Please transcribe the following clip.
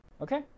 okay